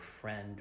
friend